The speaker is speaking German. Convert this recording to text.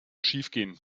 schiefgehen